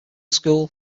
school